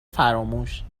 فراموش